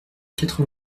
quatre